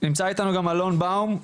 נמצא אתנו אלון באום,